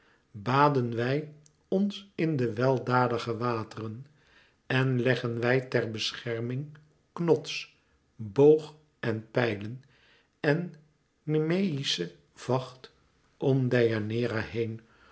baden wij ons in de weldadige wateren en leggen wij ter bescherming knots boog en pijlen en nemeïschen vacht om deianeira heen